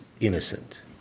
innocent